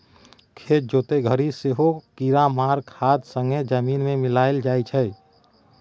खेत जोतय घरी सेहो कीरामार खाद संगे जमीन मे मिलाएल जाइ छै